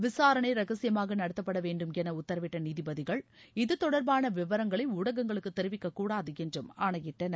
விசாரணை ரகசியமாக நடத்தப்பட வேண்டுமௌ உத்தரவிட்ட நீதிபதிகள் இது தொடர்பான விவரங்களை ஊடகங்களுக்கு தெரிவிக்கக்கூடாது என்றும் ஆணையிட்டனர்